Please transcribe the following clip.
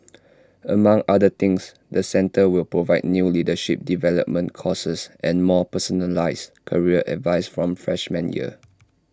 among other things the centre will provide new leadership development courses and more personalised career advice from freshman year